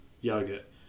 yogurt